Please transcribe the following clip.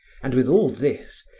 and with all this,